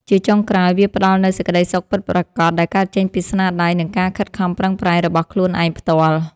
ជាចុងក្រោយ វាផ្ដល់នូវសេចក្ដីសុខពិតប្រាកដដែលកើតចេញពីស្នាដៃ និងការខិតខំប្រឹងប្រែងរបស់ខ្លួនឯងផ្ទាល់។